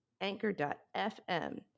anchor.fm